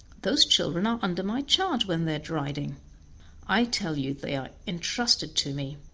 those children are under my charge when they are riding i tell you they are intrusted to me.